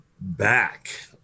back